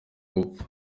gupfa